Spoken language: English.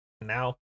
Now